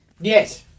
Yes